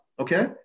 Okay